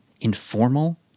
informal